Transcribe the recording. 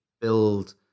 build